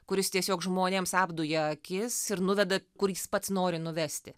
kuris tiesiog žmonėms apdumia akis ir nuveda kur jis pats nori nuvesti